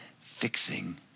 fixing